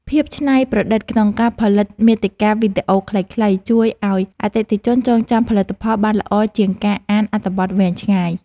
ភាពច្នៃប្រឌិតក្នុងការផលិតមាតិកាវីដេអូខ្លីៗជួយឱ្យអតិថិជនចងចាំផលិតផលបានល្អជាងការអានអត្ថបទវែងឆ្ងាយ។